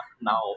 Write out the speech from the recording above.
now